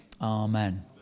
Amen